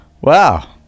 wow